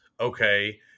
okay